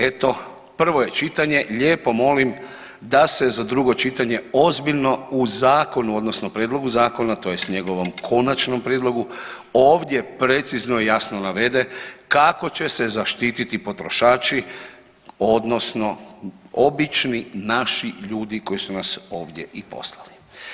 Eto, provo je čitanje lijepo molim da se za drugo čitanje ozbiljno u zakonu odnosno prijedlogu zakona tj. njegovom konačnom prijedlogu ovdje precizno i jasno navede kako će se zaštiti potrošači odnosno obični naši ljudi koji su nas ovdje i poslali.